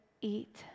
eat